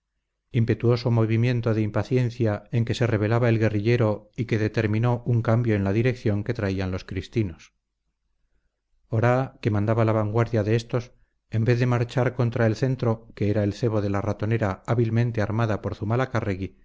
impetuoso movimiento de impaciencia en que se revelaba el guerrillero y que determinó un cambio en la dirección que traían los cristinos oraa que mandaba la vanguardia de éstos en vez de marchar contra el centro que era el cebo de la ratonera hábilmente armada por zumalacárregui se